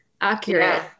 accurate